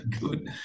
good